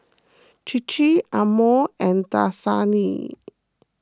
Chir Chir Amore and Dasani